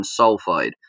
sulfide